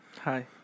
Hi